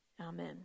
Amen